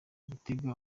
gitega